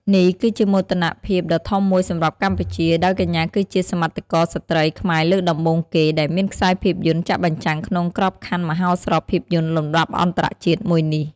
នេះគឺជាមោទកភាពដ៏ធំមួយសម្រាប់កម្ពុជា ដោយកញ្ញាគឺជា សមិទ្ធករស្រ្តីខ្មែរលើកដំបូងគេ ដែលមានខ្សែភាពយន្តចាក់បញ្ចាំងក្នុងក្របខ័ណ្ឌមហោស្រពភាពយន្តលំដាប់អន្តរជាតិមួយនេះ។